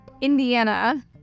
Indiana